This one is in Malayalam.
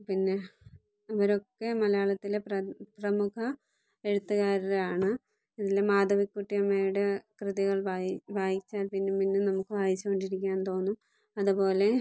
പിന്നെ ഇവരൊക്കെ മലയാളത്തിലെ പ്രമു പ്രമുഖ എഴുത്തുകാരാണ് ഇതിൽ മാധവിക്കുട്ടി അമ്മയുടെ കൃതികൾ വായി വായിച്ചാൽ പിന്നെയും പിന്നെയും നമുക്ക് വായിച്ചുകൊണ്ടിരിക്കാൻ തോന്നും അതുപോലെ